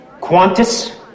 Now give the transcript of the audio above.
Qantas